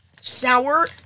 sour